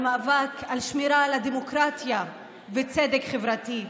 מאבק על שמירה על הדמוקרטיה וצדק חברתי.